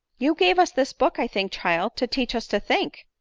you gave us! this book, i think, child, to teach us to think?